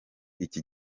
iki